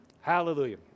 Hallelujah